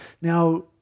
now